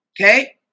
Okay